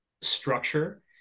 structure